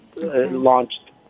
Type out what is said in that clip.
launched